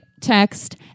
text